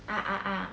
ah ah ah